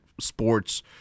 sports